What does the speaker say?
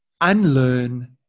unlearn